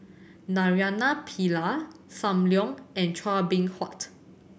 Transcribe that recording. Naraina Pillai Sam Leong and Chua Beng Huat